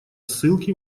ссылки